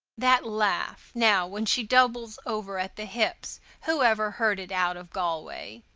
that laugh, now, when she doubles over at the hips who ever heard it out of galway?